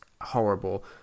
horrible